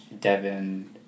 Devin